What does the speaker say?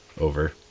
over